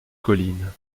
colline